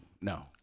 no